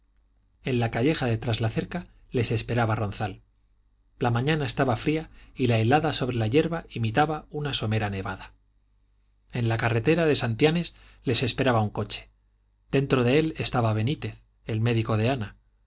en la calleja de traslacerca les esperaba ronzal la mañana estaba fría y la helada sobre la hierba imitaba una somera nevada en la carretera de santianes les esperaba un coche dentro de él estaba benítez el médico de ana